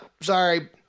sorry